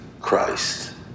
Christ